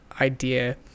idea